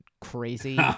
crazy